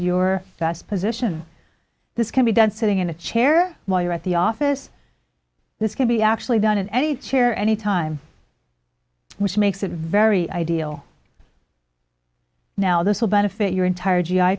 your best position this can be done sitting in a chair while you're at the office this can be actually done in any chair any time which makes it very ideal now this will benefit your entire g